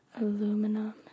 aluminum